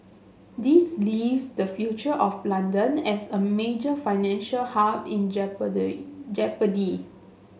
this leaves the future of London as a major financial hub in jeopardy